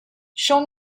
show